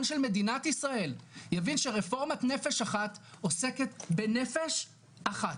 של מדינת ישראל יבין שרפורמת נפש אחת עוסקת בנפש אחת?